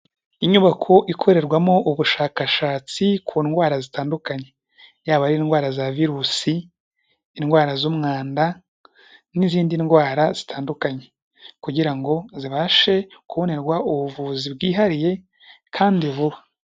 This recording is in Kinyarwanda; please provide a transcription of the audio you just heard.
Inyubako ikorerwamo ubushakashatsi ku ndwara zitandukanye yaba ari indwara za virusi, indwara z'umwanda n'izindi ndwara zitandukanye kugira ngo zibashe kubonerwa ubuvuzi bwihariye kandi vuba.